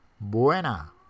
Buena